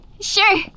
sure